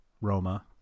Roma